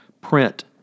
print